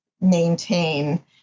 maintain